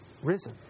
Risen